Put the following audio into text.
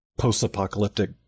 post-apocalyptic